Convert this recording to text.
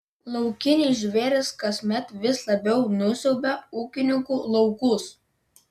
laukiniai žvėrys kasmet vis labiau nusiaubia ūkininkų laukus